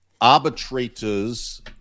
arbitrators